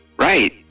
Right